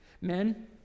Men